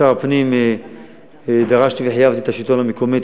כשר הפנים דרשתי וחייבתי את השלטון המקומי,